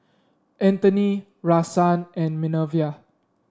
Antony Rahsaan and Minervia